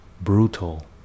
brutal